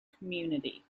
community